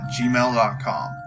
gmail.com